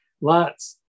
lots